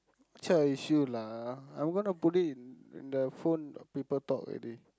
so is you lah I'm gonna put it in in the phone people talk already